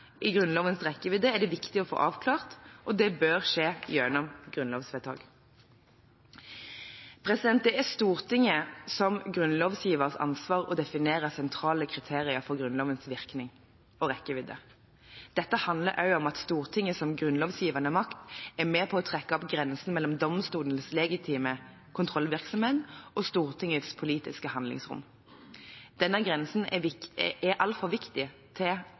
i Grunnlovens rekkevidde er det viktig å få avklart, og det bør skje gjennom et grunnlovsvedtak. Det er Stortingets ansvar som grunnlovgiver å definere sentrale kriterier for Grunnlovens virkning og rekkevidde. Dette handler også om at Stortinget som grunnlovgivende makt er med på å trekke opp grensen mellom domstolenes legitime kontrollvirksomhet og Stortingets politiske handlingsrom. Denne grensen er altfor viktig til